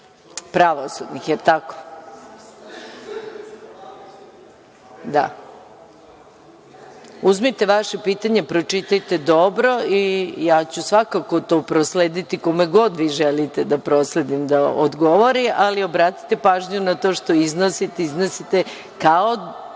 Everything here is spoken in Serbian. predsedniku Vlade.)Uzmite vaše pitanje, pročitajte dobro i ja ću svakako to proslediti kome god vi želite da prosledim, ali obratite pažnju na to što iznosite, jer iznosite kao